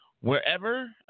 wherever